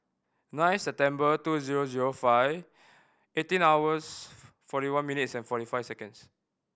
nine September two zero zero five eighteen hours forty one minutes and forty five seconds